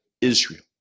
Israel